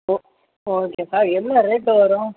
okay okay sir எவ்வளோ rate வரும்